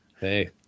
hey